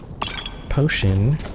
potion